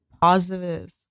positive